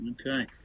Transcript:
Okay